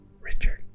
Richard